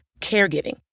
caregiving